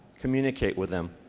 communicate with them.